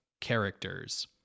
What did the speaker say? characters